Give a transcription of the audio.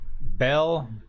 Bell